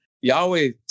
Yahweh